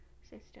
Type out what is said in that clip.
system